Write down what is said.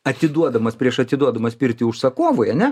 atiduodamas prieš atiduodamas pirtį užsakovui ane